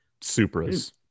Supra's